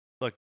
Look